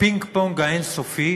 הפינג-פונג האין-סופי